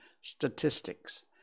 statistics